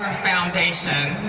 foundation.